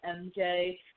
MJ